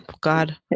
God